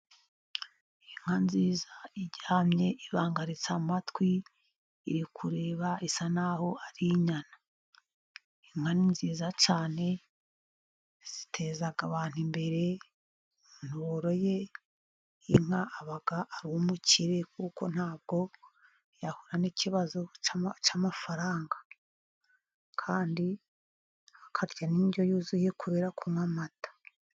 Inka nziza iryamye ibangaritse amatwi, iri kureba isa naho ari inyana. Inka ni nziza cyane ziteza abantu imbere. Abantu boroye inka aba ari umukire, kuko ntabwo yahura n'ikibazo cy'amafaranga, kandi akarya n'indyo yuzuye kubera kunywa amata.